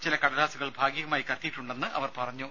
ചില കടലാസുകൾ ഭാഗികമായി കത്തിയിട്ടുണ്ടെന്ന് അവർ പറഞ്ഞു